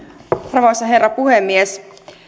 arvoisa herra puhemies